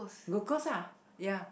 glucose ah ya